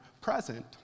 present